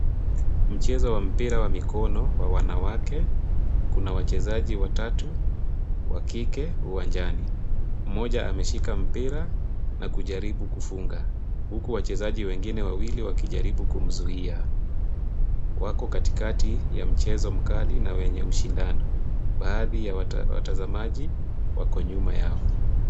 Mchezo wa mpira wa mikono wa wanawake. Kuna wachezaji watatu, wa kike uwanjani. Mmoja ameshika mpira na kujaribu kufunga. Huku wachezaji wengine wawili wakijaribu kumzuia. Wako katikati ya mchezo mkali na wenye ushindano. Baadhi ya watazamaji wako nyuma yao.